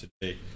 today